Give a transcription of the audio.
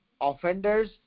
offenders